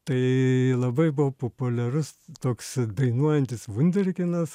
tai labai buvo populiarus toks dainuojantis vunderkinas